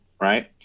right